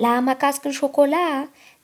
Laha mahakasiky ny sôkôla a